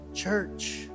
church